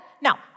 Now